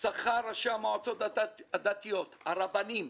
שכר ראשי המועצות הדתיות, הרבנים,